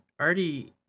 already